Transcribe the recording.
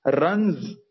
runs